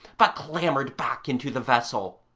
but clambered back into the vessel.